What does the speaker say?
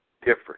different